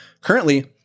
Currently